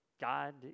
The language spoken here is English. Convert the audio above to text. God